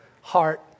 heart